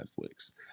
Netflix